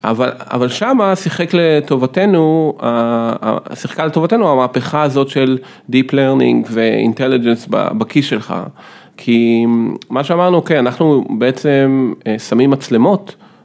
אבל אבל שמה שיחק לטובתנו שיחקה לטובתנו המהפכה הזאת של דיפ לרנינג ואינטליג'נס בכיס שלך. כי מה שאמרנו כן אנחנו בעצם שמים מצלמות.